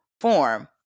form